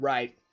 Right